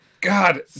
God